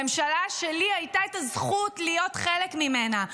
הממשלה שלי הייתה הזכות להיות חלק ממנה,